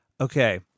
okay